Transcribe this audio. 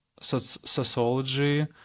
sociology